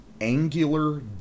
angular